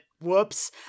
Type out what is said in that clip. whoops